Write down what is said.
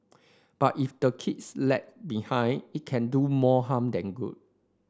but if the kids lag behind it can do more harm than good